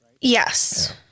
Yes